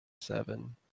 seven